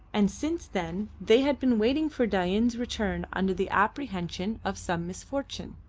and since then they had been waiting for dain's return under the apprehension of some misfortune.